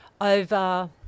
over